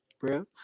bro